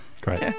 Great